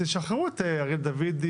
להשאיר את הניסוח כפי שהוא?